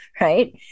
right